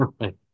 right